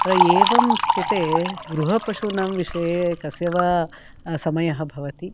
एवं स्थिते गृहपशूनां विषये कस्य वा समयः भवति